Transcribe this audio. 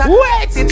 wait